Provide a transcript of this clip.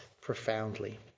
profoundly